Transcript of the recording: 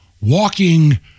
walking